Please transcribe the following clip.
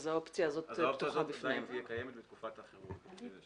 אז האופציה הזאת תהיה קיימת בתקופת החירום.